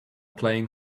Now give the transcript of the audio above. playing